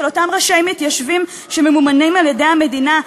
של אותם ראשי מתיישבים שממומנים על-ידי המדינה,